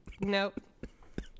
Nope